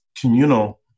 communal